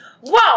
Whoa